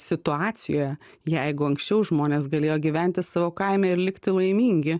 situacijoje jeigu anksčiau žmonės galėjo gyventi savo kaime ir likti laimingi